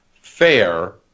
fair